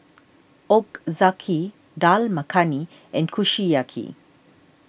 Ochazuke Dal Makhani and Kushiyaki